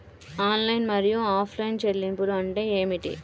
Online మరియు offline చెల్లింపులు అంటే ఏమిటి?